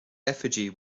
effigy